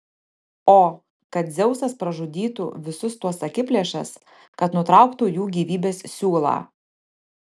o kad dzeusas pražudytų visus tuos akiplėšas kad nutrauktų jų gyvybės siūlą